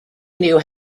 knew